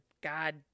God